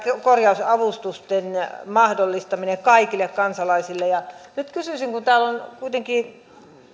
korjausavustusten mahdollistaminen kaikille kansalaisille nyt kysyisin kun täällä on kuitenkin